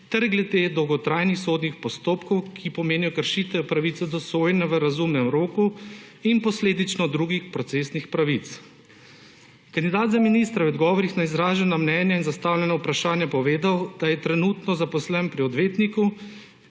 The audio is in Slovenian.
ter glede dolgotrajnih sodnih postopkov, ki pomenijo kršitev pravic do sojenja v razumnem roku in posledično drugih procesnih pravic. Kandidat za ministra je v dogovorih na izražena mnenja in zastavljena vprašanja povedal, da je trenutno zaposlen pri odvetniku,